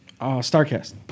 Starcast